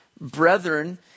brethren